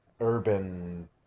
urban